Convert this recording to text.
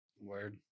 Word